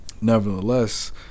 nevertheless